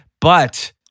but-